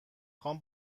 خوام